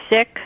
sick